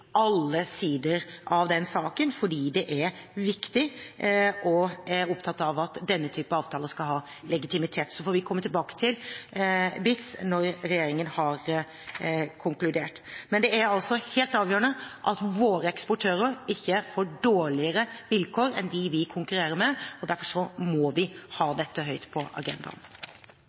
alle sider av den saken – fordi det er viktig, og vi er opptatt av at denne type avtaler skal ha legitimitet. Så får vi komme tilbake til BITs når regjeringen har konkludert. Men det er altså helt avgjørende at våre eksportører ikke får dårligere vilkår enn de som vi konkurrerer med. Derfor må vi ha dette høyt på agendaen.